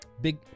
Big